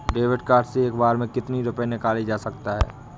David card से एक बार में कितनी रूपए निकाले जा सकता है?